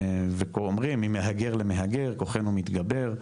אומרים "ממהגר למהגר כוחנו מתגבר".